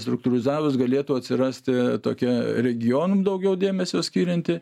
struktūrizavus galėtų atsirasti tokia regionam daugiau dėmesio skirianti